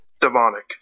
demonic